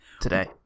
today